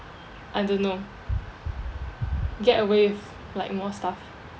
I don't know get away with like more stuff